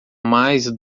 mais